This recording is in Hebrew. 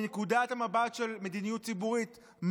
מנקודת המבט של מדיניות ציבורית,